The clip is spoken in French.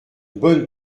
bonne